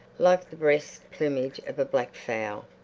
like the breast plumage of a black fowl.